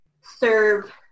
serve